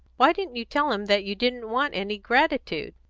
why didn't you tell him that you didn't want any gratitude.